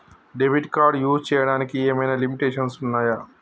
Debit card use చేయడానికి ఏమైనా limitations ఉన్నాయా?